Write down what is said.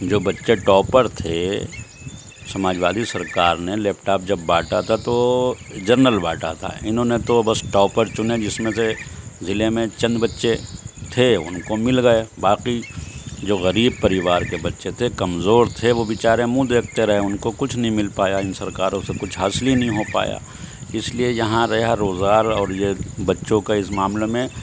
جو بچے ٹاپر تھے سماجوادی سرکار نے لیپ ٹاپ جب بانٹا تھا تو جنرل بانٹا تھا انہوں نے تو بس ٹاپر چنے جس میں سے ضلع میں چند بچے تھے ان کو مل گئے باقی جو غریب پریوار کے بچے تھے کمزور تھے وہ بچارے منھ دیکھتے رہے ان کو کچھ نہیں مل پایا ان سرکاروں سے کچھ حاصل ہی نہیں ہو پایا اس لیے یہاں ریا روزگار اور یہ بچوں کا اس معاملے میں